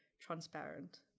transparent